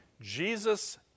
Jesus